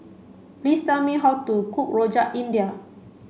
please tell me how to cook Rojak India